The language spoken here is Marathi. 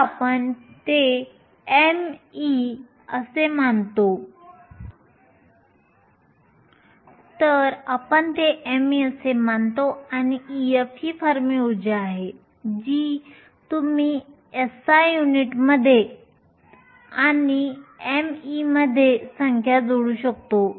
तर आपण ते me असे मानतो आणि Ef ही फर्मी ऊर्जा आहे जी तुम्ही एसआय युनिट्समध्ये आणि me मध्ये संख्या जोडू शकतो